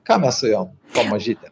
ką mes su jom tom mažytėm